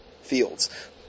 fields